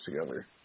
together